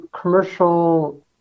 commercial